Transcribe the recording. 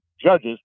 judges